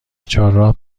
چهارراه